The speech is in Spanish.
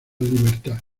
libertad